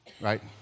right